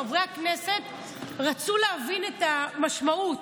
חברי הכנסת רצו להבין את המשמעות,